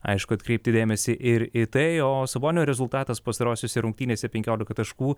aišku atkreipti dėmesį ir į tai o sabonio rezultatas pastarosiose rungtynėse penkiolika taškų